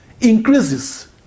increases